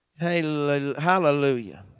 Hallelujah